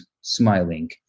smiling